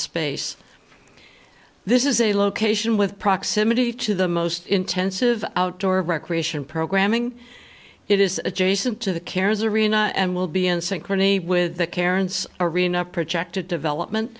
space this is a location with proximity to the most intensive outdoor recreation programming it is adjacent to the cares arena and will be in synchrony with the karens arena project a development